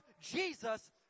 Jesus